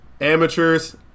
amateurs